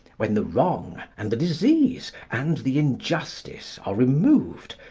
when the wrong, and the disease, and the injustice are removed,